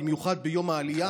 במיוחד ביום העלייה,